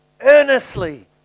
Earnestly